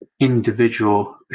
individual